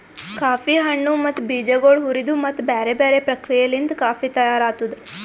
coffee ಹಣ್ಣು ಮತ್ತ ಬೀಜಗೊಳ್ ಹುರಿದು ಮತ್ತ ಬ್ಯಾರೆ ಬ್ಯಾರೆ ಪ್ರಕ್ರಿಯೆಲಿಂತ್ ಕಾಫಿ ತೈಯಾರ್ ಆತ್ತುದ್